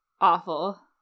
awful